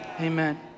Amen